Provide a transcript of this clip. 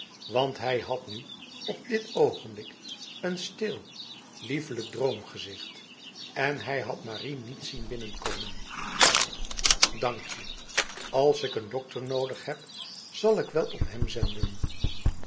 want hij had nu op dit ogenblik een stil liefelijk droomgezicht en hij had marie niet zien binnenkomen dank je als ik een dokter nodig heb zal ik wel om hem zenden